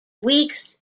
weeks